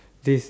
this